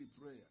prayer